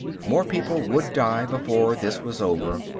more people would die before this was over,